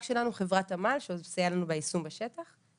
שלנו חברת עמל שמסייע לנו ביישום בשטח.